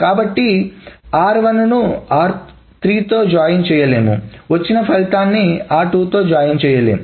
కాబట్టి r1 ను r3 తో జాయిన్ చేయలేం వచ్చిన ఫలితాన్ని r2 తో జాయిన్ చేయలేం